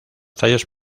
tallos